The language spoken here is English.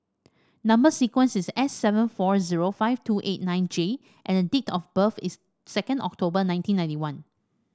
number sequence is S seven four zero five two eight nine J and date of birth is second October nineteen ninety one